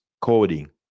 coding